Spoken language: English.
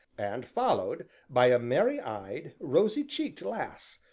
and followed by a merry-eyed, rosy-cheeked lass,